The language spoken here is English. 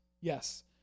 Yes